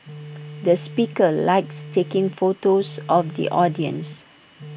the speaker likes taking photos of the audience